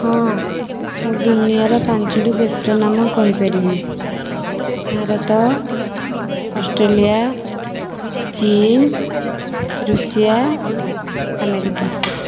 ହଁ ମୁଁ ଦୁନିଆର ପାଞ୍ଚଟି ଦେଶର ନାମ କହିପାରିବି ଭାରତ ଅଷ୍ଟ୍ରେଲିଆ ଚୀନ୍ ଋଷିଆ ଆମେରିକା